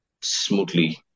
smoothly